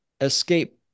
escape